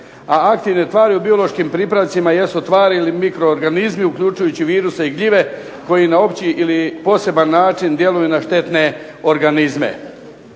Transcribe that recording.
A aktivne tvari u biološkim pripravcima jesu tvari ili mikroorganizmi uključujući viruse i gljive koji na opći ili poseban način djeluju na štetne organizme.